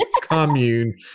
commune